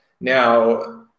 now